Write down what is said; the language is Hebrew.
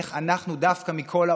איך דווקא אנחנו,